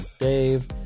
Dave